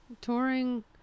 Touring